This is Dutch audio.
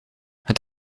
het